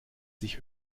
sich